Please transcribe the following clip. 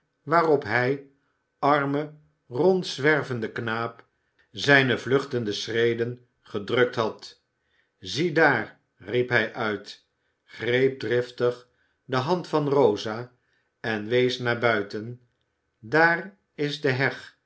waarop hij arme rondzwervende knaap zijne vluchtende schreden gedrukt had ziedaar daar riep hij uit greep driftig de hand van rosa en wees naar buiten daar is de